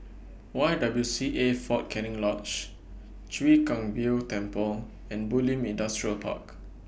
Y W C A Fort Canning Lodge Chwee Kang Beo Temple and Bulim Industrial Park